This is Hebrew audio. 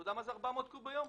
אתה יודע מה זה 400 קוב ביום?